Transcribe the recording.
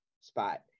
spot